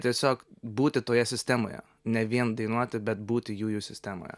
tiesiog būti toje sistemoje ne vien dainuoti bet būti jųjų sistemoje